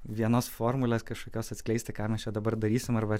vienos formulės kažkokios atskleisti ką mes čia dabar darysim arba